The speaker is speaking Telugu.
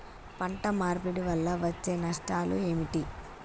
పంట మార్పిడి వల్ల వచ్చే నష్టాలు ఏమిటి?